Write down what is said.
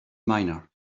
minor